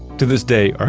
to this day, ah